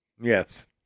Yes